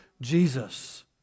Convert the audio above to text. jesus